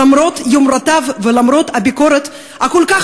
למרות יומרותיו ולמרות הביקורת הכל-כך